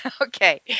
Okay